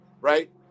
right